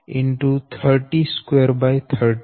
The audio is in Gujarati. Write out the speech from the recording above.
210020 233 0